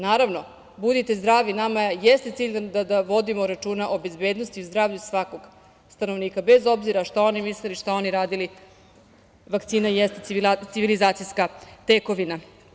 Naravno budite zdravi, nama jeste cilj da vodimo računa o bezbednosti i zdravlju svakog stanovnika bez obzira šta oni mislili, šta oni radili, vakcina jeste civilizacijski tekovina.